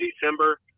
December